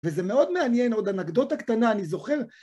וזה מאוד מעניין, עוד אנקדוטה קטנה, אני זוכר.